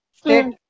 state